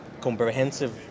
comprehensive